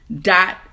dot